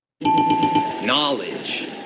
knowledge